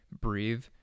breathe